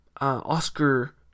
Oscar